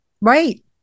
Right